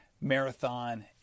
Marathon